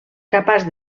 capaç